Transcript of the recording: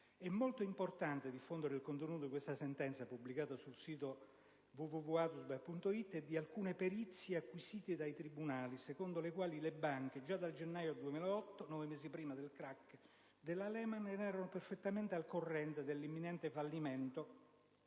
È molto importante diffondere il contenuto di questa sentenza, pubblicato sul sito "www.adusbef.it", che menziona alcune perizie acquisite dai tribunali secondo le quali le banche, già dal gennaio 2008, quasi nove mesi prima del *crack* della Lehman, erano perfettamente al corrente dell'imminente fallimento,